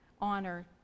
honor